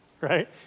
right